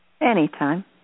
Anytime